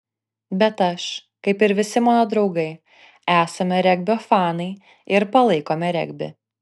bet aš kaip ir visi mano draugai esame regbio fanai ir palaikome regbį